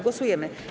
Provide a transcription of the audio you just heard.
Głosujemy.